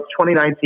2019